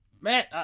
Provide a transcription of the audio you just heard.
man